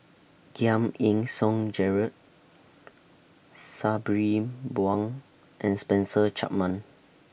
Giam Yean Song Gerald Sabri Buang and Spencer Chapman